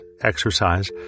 exercise